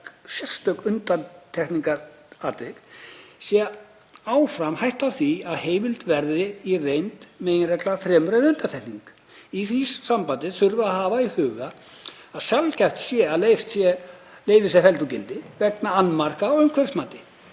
„sérstök undantekningartilvik“ sé áfram hætta á því að heimildin verði í reynd meginregla fremur en undantekning. Í því sambandi þurfi að hafa í huga að sjaldgæft sé að leyfi séu felld úr gildi vegna annmarka á umhverfismati.“